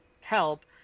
help